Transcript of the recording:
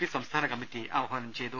P സംസ്ഥാന committee ആഹ്വാനം ചെയ് തു